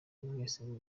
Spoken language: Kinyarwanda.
mwese